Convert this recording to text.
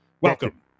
welcome